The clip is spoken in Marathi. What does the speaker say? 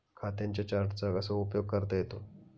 खात्यांच्या चार्टचा कसा उपयोग करता येतो?